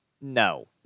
no